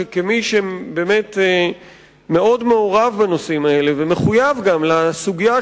כמי שמאוד מעורב בנושאים האלה וגם מחויב לסוגיה,